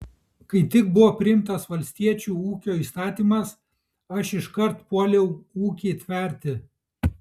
kai tik buvo priimtas valstiečių ūkio įstatymas aš iškart puoliau ūkį tverti